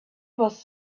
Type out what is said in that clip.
was